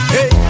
Hey